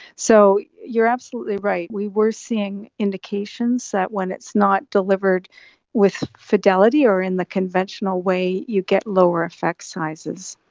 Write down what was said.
so you're absolutely right, we were seeing indications that when it's not delivered with fidelity or in the conventional way, you get lower effect sizes.